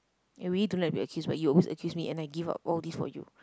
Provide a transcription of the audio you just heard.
I really don't like to be accused but you always accuse me and I give up all this for you